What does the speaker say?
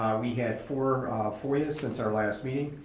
we had four foya since our last meeting.